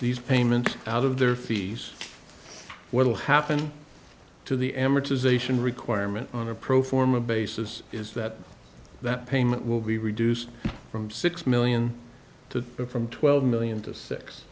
these payments out of their fees what will happen to the amortization requirement on a pro forma basis is that that payment will be reduced from six million to from twelve million to s